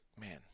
man